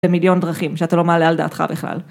במיליון דרכים שאתה לא מעלה על דעתך בכלל.